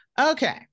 Okay